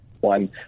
one